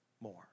more